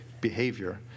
behavior